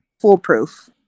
foolproof